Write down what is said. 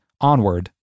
onward